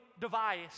device